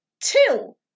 till